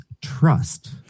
trust